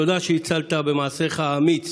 תודה שהצלת במעשיך האמיץ